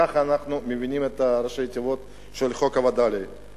ככה אנחנו מבינים את ראשי התיבות של חוק הווד”לים,